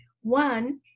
One